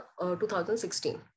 2016